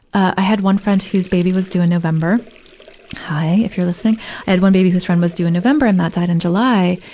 i had one friend whose baby was due in november hi, if you're listening i had one baby who's friend was due in november and matt died in july.